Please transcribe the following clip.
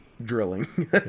drilling